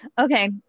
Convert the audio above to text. okay